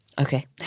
Okay